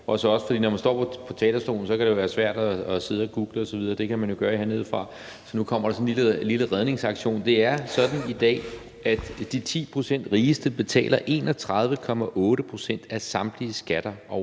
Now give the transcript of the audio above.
også sige, at når man står på talerstolen, kan det være svært at stå og google osv, men det kan man jo gøre hernede fra sin plads, så nu kommer der en lille redningsaktion. Det er sådan i dag, at de 10 pct. rigeste betaler 31,8 pct. af samtlige skatter